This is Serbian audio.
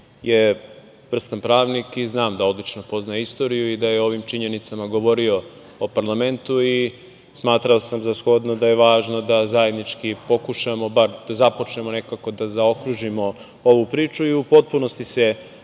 je vrstan pravnik i znam da odlično poznaje istoriju i da je o ovim činjenicama govorio u parlamentu i smatrao sam za shodno da je važno da zajednički pokušamo da započnemo, da zaokružimo ovu priču. U potpunosti se